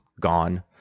gone